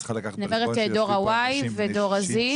את צריכה לקחת בחשבון שיושבים פה אנשים בני 60,